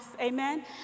Amen